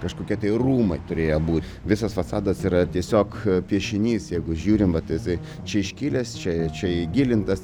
kažkokie tai rūmai turėjo būt visas fasadas yra tiesiog piešinys jeigu žiūrim vat jisai čia iškilęs čia čia įgilintas